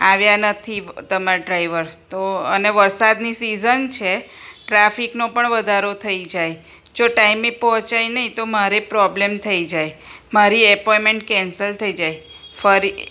આવ્યા નથી તમારા ડ્રાઈવર તો અને વરસાદની સિઝન છે ટ્રાફિકનો પણ વધારો થઈ જાય જો ટાઈમે પહોંચાય નહીં તો મારે પ્રોબ્લેમ થઈ જાય મારી એપોઈમેન્ટ કેન્સલ થઈ જાય ફરી